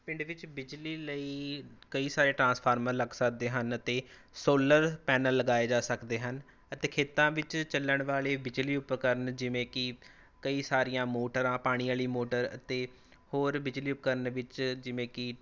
ਪਿੰਡ ਵਿੱਚ ਬਿਜਲੀ ਲਈ ਕਈ ਸਾਰੇ ਟਰਾਂਸਫਾਰਮਰ ਲੱਗ ਸਕਦੇ ਹਨ ਅਤੇ ਸੋਲਰ ਪੈਨਲ ਲਗਾਏ ਜਾ ਸਕਦੇ ਹਨ ਅਤੇ ਖੇਤਾਂ ਵਿੱਚ ਚੱਲਣ ਵਾਲੇ ਬਿਜਲੀ ਉਪਕਰਨ ਜਿਵੇਂ ਕਿ ਕਈ ਸਾਰੀਆਂ ਮੋਟਰਾਂ ਪਾਣੀ ਵਾਲੀ ਮੋਟਰ ਅਤੇ ਹੋਰ ਬਿਜਲੀ ਉਪਕਰਨ ਵਿੱਚ ਜਿਵੇਂ ਕਿ